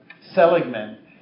Seligman